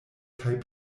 kaj